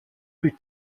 plus